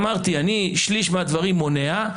אמרתי ששליש מהדברים אני מונע,